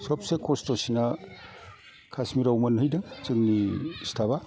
सबसे खस्थ'सिना कासमिराव मोनहैदों जोंनि सिथाबा